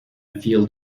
field